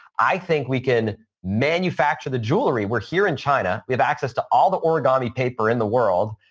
i think we can manufacture the jewelry. we're here in china. we have access to all the origami paper in the world.